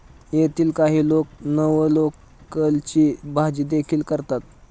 येथील काही लोक नवलकोलची भाजीदेखील करतात